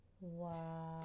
Wow